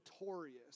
notorious